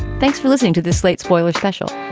thanks for listening to the slate spoiler special.